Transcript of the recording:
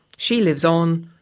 she lives on,